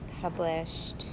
published